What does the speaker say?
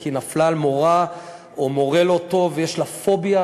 כי נפלה על מורה או מורה לא טוב ויש לה פוביה,